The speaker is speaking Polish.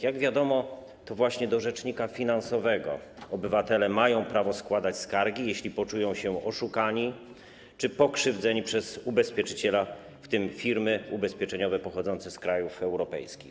Jak wiadomo, to właśnie do rzecznika finansowego obywatele mają prawo składać skargi, jeśli poczują się oszukani czy pokrzywdzeni przez ubezpieczyciela, w tym firmy ubezpieczeniowe pochodzące z krajów europejskich.